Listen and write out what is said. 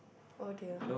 oh dear